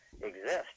exist